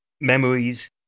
memories